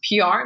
PR